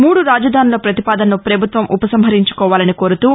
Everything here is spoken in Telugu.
మూడు రాజధానుల వతిపాదనను వభుత్వం ఉవసంహరించుకోవాలని కోరుతూ ని